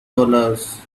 dollars